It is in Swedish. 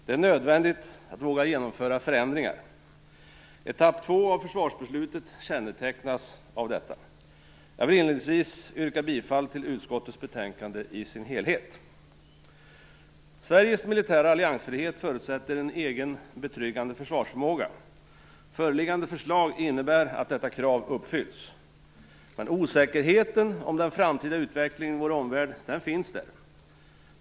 Det är nödvändigt att våga genomföra förändringar. Etapp 2 av försvarsbeslutet kännetecknas av detta. Jag vill inledningsvis yrka bifall till utskottets hemställan i dess helhet. Sveriges militära alliansfrihet förutsätter en egen betryggande försvarsförmåga. Föreliggande förslag innebär att detta krav uppfylls. Men osäkerheten om den framtida utvecklingen i vår omvärld finns där.